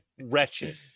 Wretched